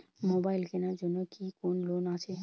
Mobile কেনার জন্য কি কোন লোন আছে?